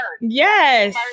Yes